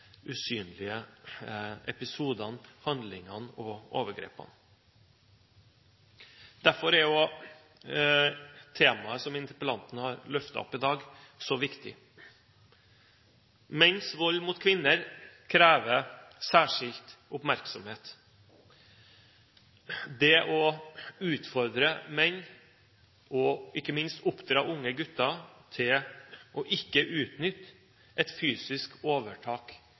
usynlige episodene, handlingene og overgrepene. Derfor er også temaet som interpellanten har løftet i dag, så viktig. Menns vold mot kvinner krever særskilt oppmerksomhet – det å utfordre menn, og ikke minst oppdra unge gutter, til ikke å utnytte et fysisk overtak